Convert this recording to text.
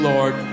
Lord